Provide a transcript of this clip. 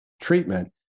treatment